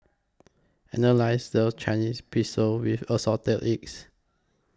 Annalise loves Chinese Pistol with Assorted Eggs